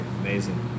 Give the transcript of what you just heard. amazing